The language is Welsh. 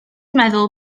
meddwl